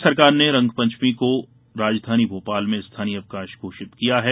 राज्य सरकार ने रंगपंचमी को राजधानी भोपाल में स्थानीय अवकाश घोषित किया है